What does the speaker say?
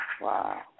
Wow